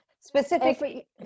Specifically